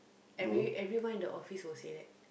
every everyone in the office will say that